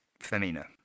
Femina